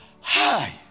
Hi